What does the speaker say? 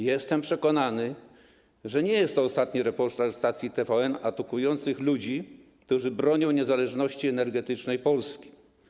Jestem przekonany, że nie jest to ostatni reportaż stacji TVN atakujący ludzi, którzy bronią niezależności energetycznej Polski.